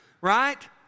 right